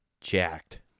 jacked